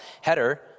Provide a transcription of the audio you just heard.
header